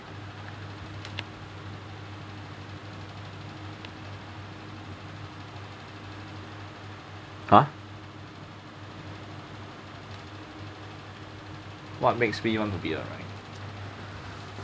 !huh! what makes want to be alive